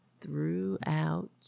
throughout